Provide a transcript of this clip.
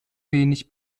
wenig